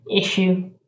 issue